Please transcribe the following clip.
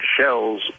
shells